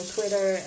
Twitter